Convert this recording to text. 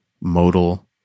modal